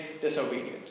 disobedient